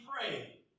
pray